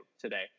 today